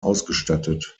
ausgestattet